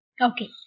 okay